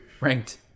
ranked